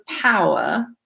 power